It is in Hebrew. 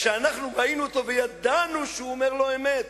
כשאנחנו ראינו אותו וידענו שהוא אומר לא-אמת,